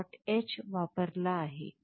h वापरला आहे